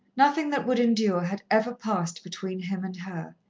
nothing that would endure had ever passed between him and her.